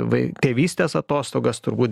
vai tėvystės atostogas turbūt